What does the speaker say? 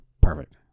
Perfect